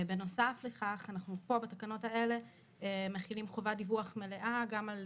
בנוסף לכך אנחנו פה בתקנות האלה מכינים חובת דיווח מלאה גם על